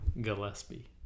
Gillespie